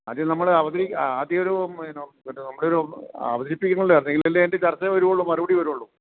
ആദ്യം നമ്മള് ഒരു നമ്മളൊരു അവതരിപ്പിക്കണമല്ലോ എന്നെങ്കിലല്ലേ അതിൻ്റെ ചർച്ച വരികയുള്ളൂ മറുപടി വരികയുള്ളൂ